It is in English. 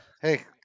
Hey